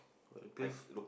I guess